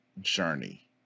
journey